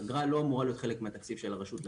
אגרה לא אמורה להיות חלק מהתקציב של הרשות.